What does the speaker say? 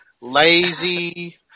lazy